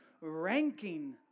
ranking